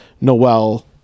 Noel